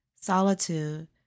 Solitude